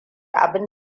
abin